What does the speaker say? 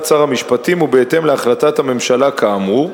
שר המשפטים ובהתאם להחלטת הממשלה כאמור,